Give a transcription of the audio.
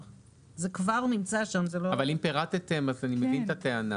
אלא אם כן מתקיימים לגביו כל אלה: